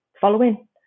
following